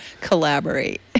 collaborate